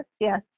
yes